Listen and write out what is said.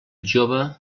jove